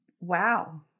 Wow